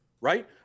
right